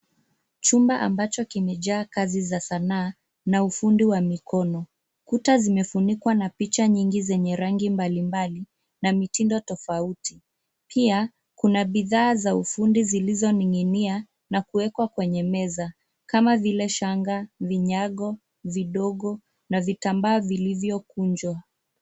Chumba ambacho kimejaa kazi za sanaa na ufundi wa mikono. Kuta zimefunikwa na picha nyingi zenye rangi mbalimbali na mitindo tofauti. Pia kuna bidhaa za ufundi zilizoning'inia na kuwekwa kwenye meza kama vile shanga, vinyago vidogo na vitambaa vilivyokunjwa.